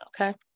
Okay